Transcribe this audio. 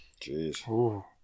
Jeez